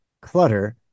Clutter